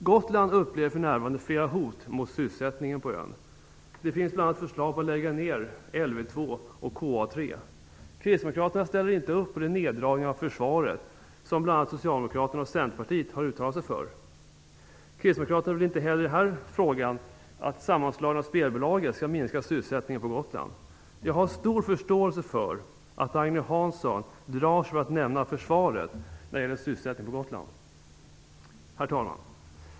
Gotland upplever för närvarande flera hot mot sysselsättningen på ön. Det finns bl.a. förslag om att lägga ned LV 2 och KA 3. Kristdemokraterna ställer inte upp på de neddragningar av försvaret som bl.a. Socialdemokraterna och Centerpartiet har uttalat sig för. Kristdemokraterna vill inte heller att sammanslagningen av spelbolagen skall minska sysselsättningen på Gotland. Jag har stor förståelse för att Agne Hansson drar sig för att nämna försvaret när det gäller sysselsättningen på Gotland. Herr talman!